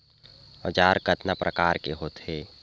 औजार कतना प्रकार के होथे?